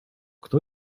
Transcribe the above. kto